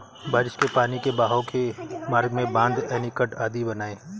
बारिश के पानी के बहाव के मार्ग में बाँध, एनीकट आदि बनाए